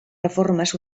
reformes